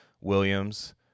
Williams